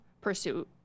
pursuit